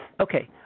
Okay